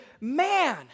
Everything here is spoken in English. man